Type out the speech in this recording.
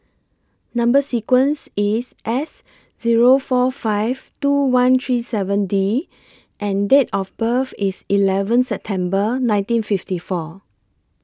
Number sequence IS S Zero four five two one three seven D and Date of birth IS eleventh September nineteen fifty four